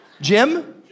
Jim